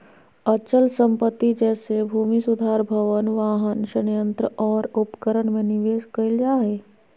अचल संपत्ति जैसे भूमि सुधार भवन, वाहन, संयंत्र और उपकरण में निवेश कइल जा हइ